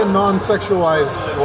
non-sexualized